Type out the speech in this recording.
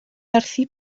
werthu